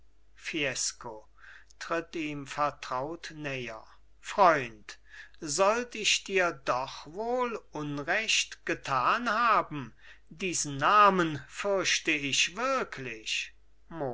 tritt ihm vertraut näher freund sollt ich dir doch wohl unrecht getan haben diesen namen fürchte ich wirklich